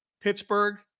Pittsburgh